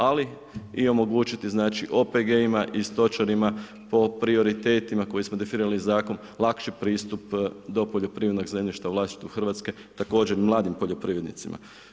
Ali omogućiti OPG-ima i stočarima po prioritetima, koje smo definirali zakup lakši pristup do poljoprivrednog zemljišta u vlasništvu Hrvatske također mladim poljoprivrednicima.